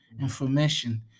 information